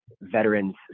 veterans